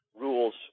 rules